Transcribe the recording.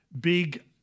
big